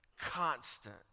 constant